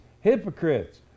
hypocrites